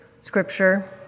scripture